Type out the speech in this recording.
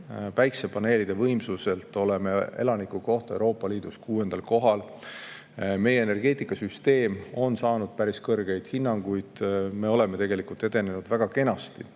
Päikesepaneelide võimsuselt oleme elaniku kohta Euroopa Liidus kuuendal kohal. Meie energeetikasüsteem on saanud päris kõrgeid hinnanguid. Me oleme edenenud väga kenasti.